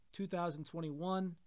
2021